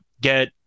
get